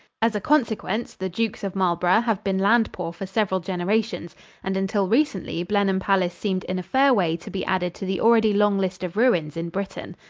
as a consequence, the dukes of marlborough have been land-poor for several generations and until recently blenheim palace seemed in a fair way to be added to the already long list of ruins in britain.